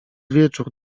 wieczór